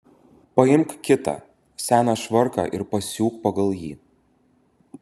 paimk kitą seną švarką ir pasiūk pagal jį